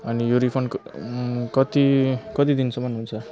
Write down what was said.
अनि यो रिफन्ड कति कति दिनसम्म हुन्छ